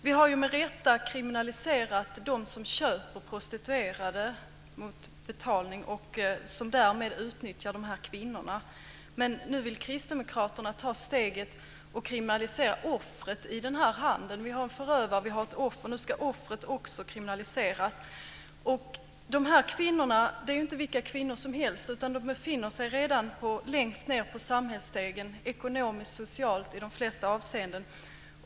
Vi har med rätta kriminaliserat dem som köper prostituerade och som därmed utnyttjar kvinnorna, men nu vill Kristdemokraterna ta steget att kriminalisera offret i handeln. Vi har en förövare. Vi har ett offer. Nu ska offret också kriminaliseras. Dessa kvinnor är inte vilka kvinnor som helst. De befinner sig redan längst ned på samhällsstegen ekonomiskt, socialt och i de flesta avseenden.